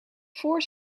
voor